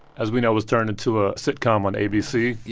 as we know, was turned into a sitcom on abc.